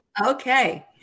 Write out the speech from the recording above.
Okay